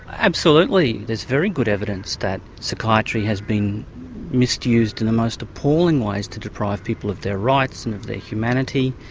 absolutely, there's very good evidence that psychiatry has been misused in the most appalling ways to deprive people of their rights and of their humanity.